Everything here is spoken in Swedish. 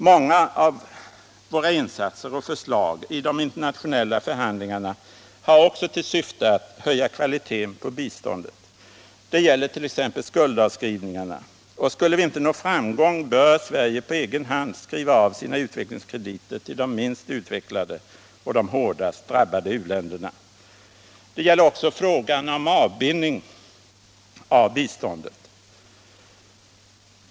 Många av våra insatser och förslag i de internationella förhandlingarna har också till syfte att höja kvaliteten på biståndet. Det gäller t.ex. skuldavskrivningarna — och skulle vi inte nå framgång bör Sverige på egen hand skriva av sina utvecklingskrediter till de minst utvecklade och de hårdast drabbade u-länderna. Det gäller också frågan om avbindning av biståndet.